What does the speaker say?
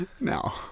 No